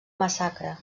massacre